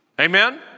Amen